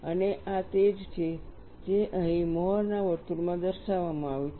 અને આ તે જ છે જે અહીં મોહરના વર્તુળમાં દર્શાવવામાં આવ્યું છે